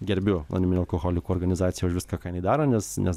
gerbiu anoniminių alkoholikų organizaciją už viską ką jinai daro nes nes